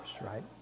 right